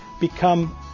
become